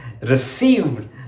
received